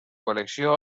col·lecció